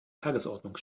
tagesordnung